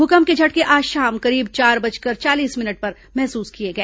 भूकंप के झटके आज शाम करीब चार बजकर चालीस मिनट पर महसूस किए गए